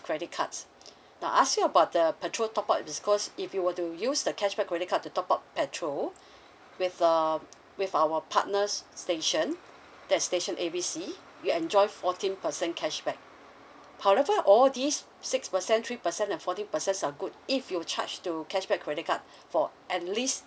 credit cards now I asked you about the petrol top up is because if you were to use the cashback credit card to top up petrol with um with our partner's station that's station A B C you enjoy fourteen percent cashback however all these six percent three percent and fourteen percent are good if you charge to cashback credit card for at least